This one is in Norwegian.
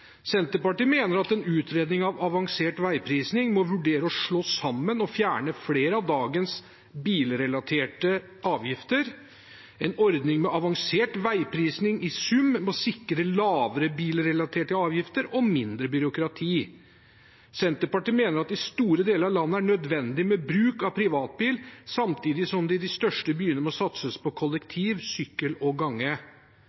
Senterpartiet mener at en utredning av avansert veiprising må vurdere å slå sammen og fjerne flere av dagens bilrelaterte avgifter, og at en ordning med avansert veiprising i sum må sikre lavere bilrelaterte avgifter og mindre byråkrati. Senterpartiet mener at det i store deler av landet er nødvendig med bruk av privatbil, samtidig som det i de største byene må satses på